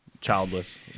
childless